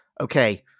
okay